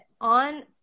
on